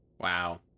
Wow